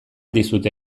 dizute